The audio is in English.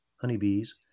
honeybees